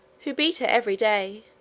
who beat her every day,